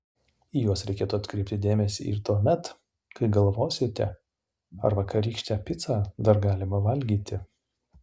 į juos reikėtų atkreipti dėmesį ir tuomet kai galvosite ar vakarykštę picą dar galima valgyti